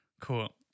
cool